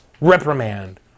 Reprimand